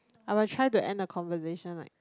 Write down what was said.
I will try to end the conversation like